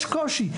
יש פה קושי.